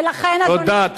תודה.